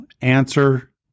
answer